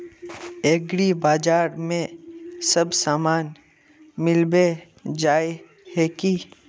एग्रीबाजार में सब सामान मिलबे जाय है की?